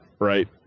right